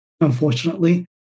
unfortunately